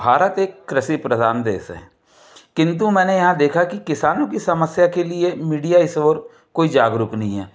भारत एक कृषि प्रधान देश है किन्तु मैंने यहाँ देखा कि किसान की समस्या के लिए मीडिया इस ओर जागरूक नहीं है